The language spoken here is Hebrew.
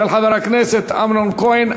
של חבר הכנסת אמנון כהן.